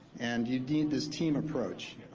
and you need this team approach.